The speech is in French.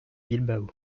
bilbao